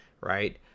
right